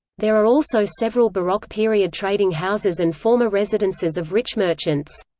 there are also several baroque period trading houses and former residences of rich merchants.